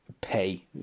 pay